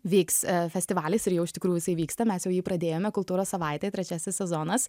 vyks festivalis ir jau iš tikrųjų jisai vyksta mes jau jį pradėjome kultūros savaitė trečiasis sezonas